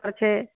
छै